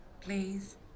Please